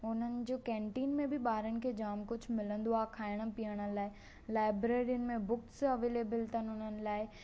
हुननि जो केंटिन में बि ॿारनि खे जामु कुझु मिलंदो आहे खाइणु पीअण लाइ लायब्रेरियुनि में बुक्स अवेलेबल अथनि हुननि लाइ